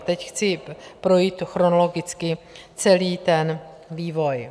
Teď chci projít chronologicky celý ten vývoj.